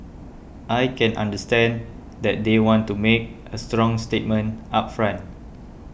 I can understand that they want to make a strong statement up front